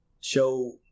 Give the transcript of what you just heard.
show